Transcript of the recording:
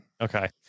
Okay